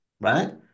right